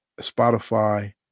Spotify